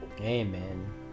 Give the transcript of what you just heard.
Amen